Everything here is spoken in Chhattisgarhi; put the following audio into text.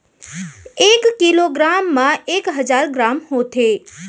एक किलो ग्राम मा एक हजार ग्राम होथे